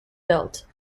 built